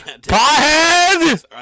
Pothead